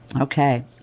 Okay